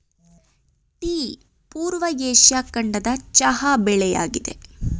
tea ಪೂರ್ವ Asia ಖಂಡದ ಚಹಾ ಬೆಳೆಯಾಗಿದೆ